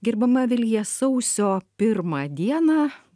gerbiama vilija sausio pirmą dieną